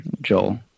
Joel